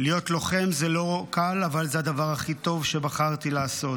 "להיות לוחם זה לא קל --- אבל זה הדבר הכי טוב שבחרתי לעשות".